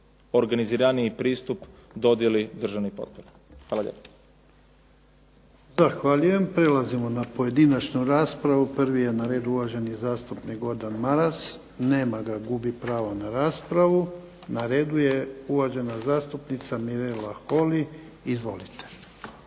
organiziraniji pristup dodjeli državnih potpora. Hvala lijepo.